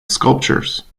sculptures